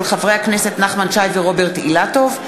של חברי הכנסת נחמן שי ורוברט אילטוב,